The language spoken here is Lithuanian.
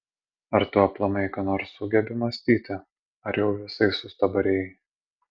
ar tu aplamai ką nors sugebi mąstyti ar jau visai sustabarėjai